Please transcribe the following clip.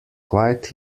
quite